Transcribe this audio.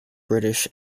british